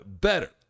better